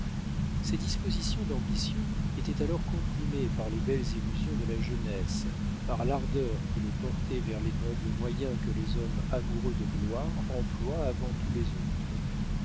ces dispositions d'ambitieux étaient alors comprimées par les belles illusions de la jeunesse par l'ardeur qui le portait vers les nobles moyens que les hommes amoureux de gloire emploient avant tous les autres